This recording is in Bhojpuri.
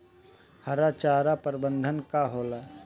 हरा चारा प्रबंधन का होला?